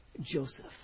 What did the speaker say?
Joseph